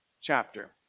chapter